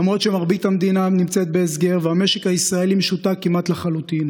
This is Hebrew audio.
למרות שמרבית המדינה נמצאת בהסגר והמשק הישראלי משותק כמעט לחלוטין,